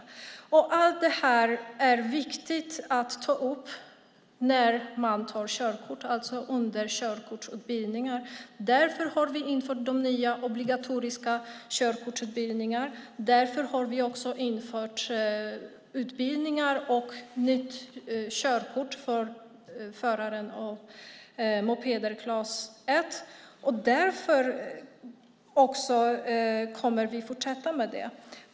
Allt det här är viktigt att ta upp när man tar körkort, alltså under körkortsutbildningen. Därför har vi infört de nya obligatoriska körkortsutbildningarna. Därför har vi också infört utbildningar och nytt körkort för förare av mopeder klass 1 och därför kommer vi också att fortsätta med det.